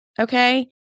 okay